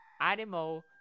animal